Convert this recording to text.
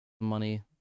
money